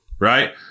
right